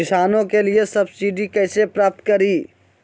किसानों के लिए सब्सिडी कैसे प्राप्त करिये?